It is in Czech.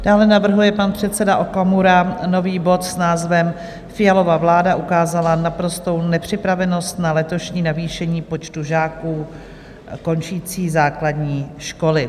Dále navrhuje pan předseda Okamura nový bod s názvem Fialova vláda ukázala naprostou nepřipravenost na letošní navýšení počtu žáků končících základní školy.